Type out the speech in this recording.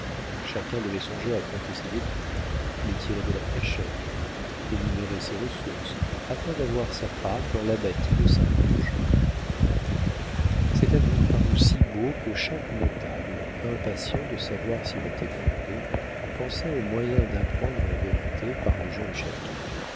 chacun devait songer à compter ses écus les tirer de leur cachette énumérer ses ressources afin d'avoir sa part dans l'abatis de saint lange cet avenir parut si beau que chaque notable impatient de savoir s'il était fondé pensa aux moyens d'apprendre la vérité par les gens du château